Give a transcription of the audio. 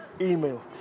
email